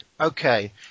Okay